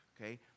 Okay